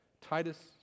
Titus